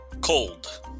Cold